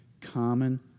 common